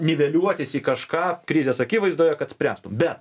niveliuotis į kažką krizės akivaizdoje kad spręstum bet